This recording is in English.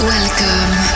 Welcome